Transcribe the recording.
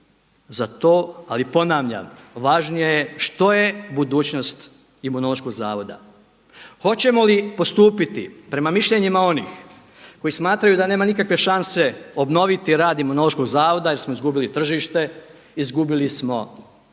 za to. Ali ponavljam važnije je što je budućnost Imunološkog zavoda. Hoćemo li postupiti prema mišljenjima onih koji smatraju da nema nikakve šanse obnoviti rad Imunološkog zavoda jer smo izgubili tržište, izgubili smo opremu,